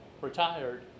retired